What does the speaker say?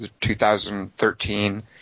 2013